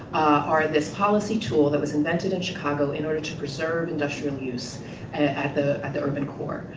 are this policy tool that was invented in chicago in order to preserve industrial use at the at the urban core.